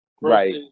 Right